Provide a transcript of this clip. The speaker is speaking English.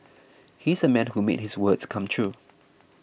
he's a man who made his words come true